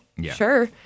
Sure